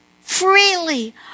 Freely